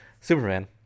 superman